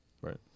Right